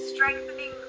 Strengthening